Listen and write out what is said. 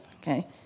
okay